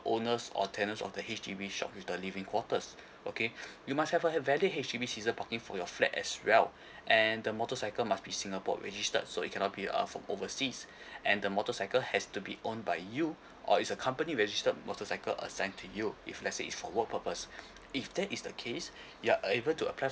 owners or tenants of the H_D_B with the living quarters okay you must have uh have valid H_D_B season parking for your flat as well and the motorcycle must be singapore registered so it cannot be uh from overseas and the motorcycle has to be owned by you or it's a company registered motorcycle assigned to you if let say if for work purpose if that is the case you're able to apply